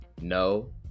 No